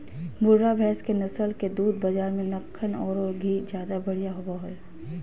मुर्रा भैस के नस्ल के दूध बाज़ार में मक्खन औरो घी ज्यादा बढ़िया होबो हइ